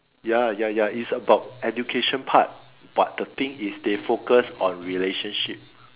ya ya ya it's about education part but the thing is they focus on relationship